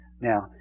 Now